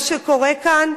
מה שקורה כאן,